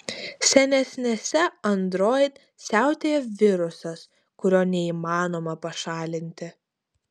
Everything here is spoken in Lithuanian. senesnėse android siautėja virusas kurio neįmanoma pašalinti